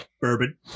bourbon